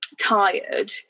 tired